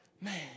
man